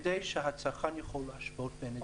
כדי שהצרכן יוכל להשוות ביניהם.